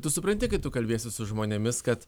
tu supranti kai tu kalbiesi su žmonėmis kad